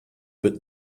but